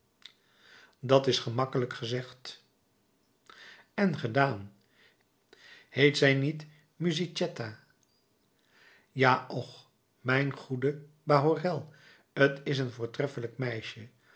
dat is gemakkelijk gezegd en gedaan heet zij niet musichetta ja och mijn goede bahorel t is een voortreffelijk meisje